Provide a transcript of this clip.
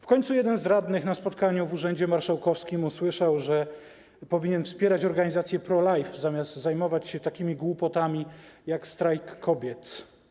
W końcu jeden z radnych na spotkaniu w urzędzie marszałkowskim usłyszał, że powinien wspierać organizacje pro life, zamiast zajmować się takimi głupotami jak Strajk Kobiet.